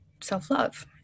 self-love